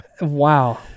Wow